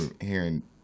hearing